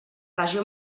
regió